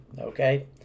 Okay